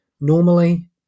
normally